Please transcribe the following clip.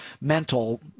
mental